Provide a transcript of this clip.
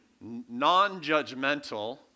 Non-judgmental